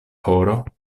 horo